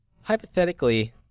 hypothetically